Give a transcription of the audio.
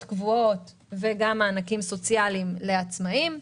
קבועות וגם מענקים סוציאליים לעצמאים,